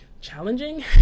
Challenging